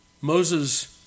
Moses